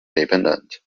dependent